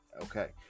Okay